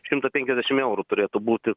šimtą penkiasdešimt eurų turėtų būti